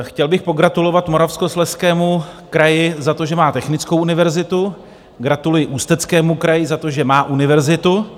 Chtěl bych pogratulovat Moravskoslezskému kraji za to, že má technickou univerzitu, gratuluji Ústeckému kraji za to, že má univerzitu.